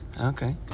Okay